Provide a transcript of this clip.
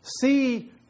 see